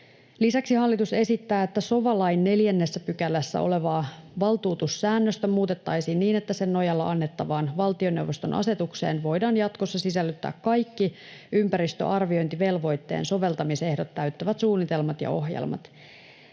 Lisäksi hallitus esittää, että sova-lain 4 §:ssä olevaa valtuutussäännöstä muutettaisiin niin, että sen nojalla annettavaan valtioneuvoston asetukseen voidaan jatkossa sisällyttää kaikki ympäristöarviointivelvoitteen soveltamisehdot täyttävät suunnitelmat ja ohjelmat.